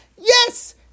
yes